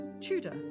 Tudor